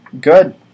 Good